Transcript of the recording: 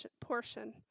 portion